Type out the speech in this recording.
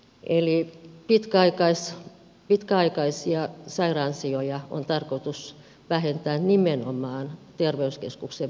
eli pitkäaikaisia sairaansijoja on tarkoitus vähentää nimenomaan terveyskeskusten vuodeosastoilta